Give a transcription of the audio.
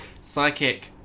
Psychic